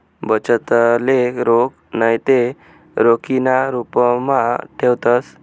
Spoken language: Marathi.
बचतले रोख नैते रोखीना रुपमा ठेवतंस